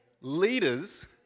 Leaders